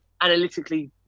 analytically